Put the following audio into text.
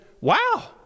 Wow